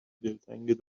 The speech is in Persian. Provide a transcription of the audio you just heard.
دلتنگ